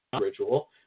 ritual